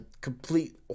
complete